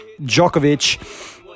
Djokovic